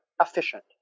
efficient